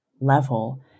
level